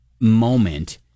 moment